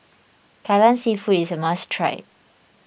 Kai Lan Seafood is a must try